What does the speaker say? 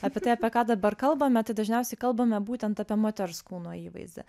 apie tai apie ką dabar kalbame tai dažniausiai kalbame būtent apie moters kūno įvaizdį